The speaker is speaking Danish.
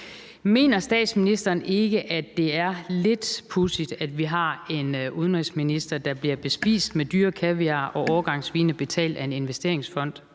Mener statsministeren ikke, at det er lidt pudsigt, at vi har en udenrigsminister, der bliver bespist med dyr kaviar og årgangsvine betalt af en investeringsfond,